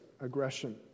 aggression